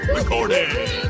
Recording